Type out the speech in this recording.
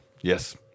Yes